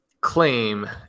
claim